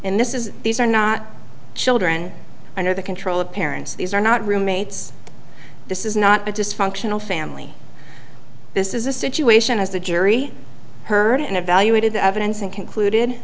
in this is these are not children under the control of parents these are not roommates this is not a dysfunctional family this is a situation as the jury heard and evaluated the evidence and concluded